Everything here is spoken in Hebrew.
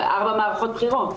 ארבע מערכות בחירות.